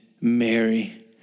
Mary